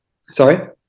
Sorry